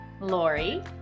Lori